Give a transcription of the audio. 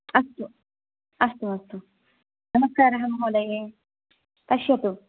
अस्तु अस्तु अस्तु नमस्कारः महोदय पश्यतु